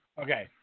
Okay